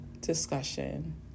discussion